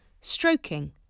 Stroking